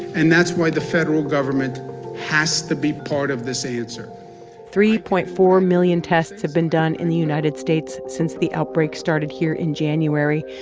and that's why the federal government has to be part of this answer three point four million tests have been done in the united states since the outbreak started here in january.